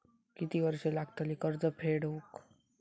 किती वर्षे लागतली कर्ज फेड होऊक?